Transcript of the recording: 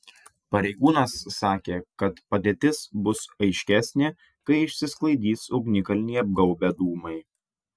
pareigūnas sakė kad padėtis bus aiškesnė kai išsisklaidys ugnikalnį apgaubę dūmai